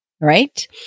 right